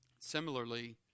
Similarly